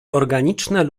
organiczne